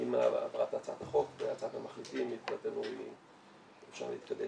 שעם העברת הצעת החוק והצעת המחליטים מבחינתנו אפשר להתקדם.